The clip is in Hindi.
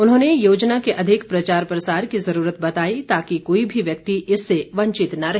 उन्होंने योजना के अधिक प्रचार प्रसार की ज़रूरत बताई ताकि कोई भी व्यक्ति इससे वंचित न रहे